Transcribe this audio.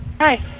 Hi